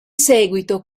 seguito